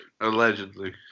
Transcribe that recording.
Allegedly